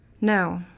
No